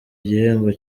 igihembo